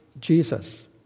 Jesus